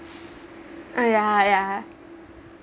um yeah yeah